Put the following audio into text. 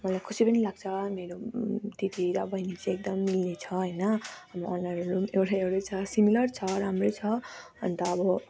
मलाई खुसी पनि लाग्छ मेरो दिदी र बहिनी चाहिँ एकदम मिल्ने छ होइन हाम्रो अनुहारहरू पनि एउटै एउटै छ सिमिलर छ राम्रै छ अन्त अब